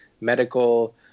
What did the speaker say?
medical